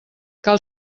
cal